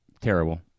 Terrible